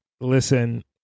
listen